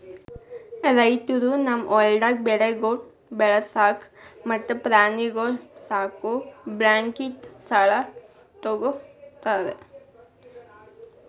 ರೈತುರು ತಮ್ ಹೊಲ್ದಾಗ್ ಬೆಳೆಗೊಳ್ ಬೆಳಸಾಕ್ ಮತ್ತ ಪ್ರಾಣಿಗೊಳ್ ಸಾಕುಕ್ ಬ್ಯಾಂಕ್ಲಿಂತ್ ಸಾಲ ತೊ ಗೋತಾರ್